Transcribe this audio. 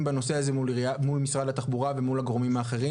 בנושא מול משרד התחבורה ומול הגורמים האחרים.